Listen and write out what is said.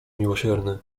miłosierny